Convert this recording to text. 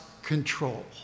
control